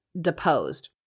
deposed